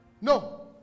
No